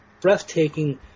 breathtaking